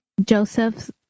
Joseph